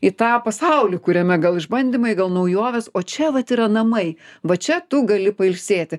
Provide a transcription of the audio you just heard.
į tą pasaulį kuriame gal išbandymai gal naujovės o čia vat yra namai va čia tu gali pailsėti